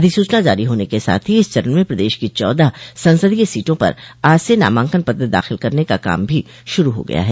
अधिसूचना जारी होने के साथ ही इस चरण में प्रदेश की चौदह संसदीय सीटों पर आज से नामांकन पत्र दाखिल करने का काम भी शुरू हो गया है